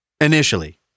Initially